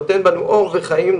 נותן בנו אור וחיים,